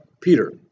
Peter